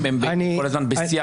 מה הייתה השאלה שלו?